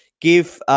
give